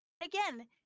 Again